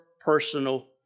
personal